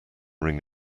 ring